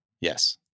Yes